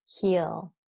heal